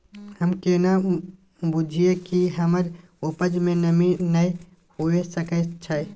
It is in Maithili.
हम केना बुझीये कि हमर उपज में नमी नय हुए सके छै?